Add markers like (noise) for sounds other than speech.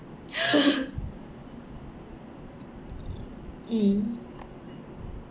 (laughs) mm